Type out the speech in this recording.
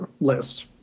list